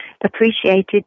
appreciated